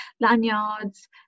lanyards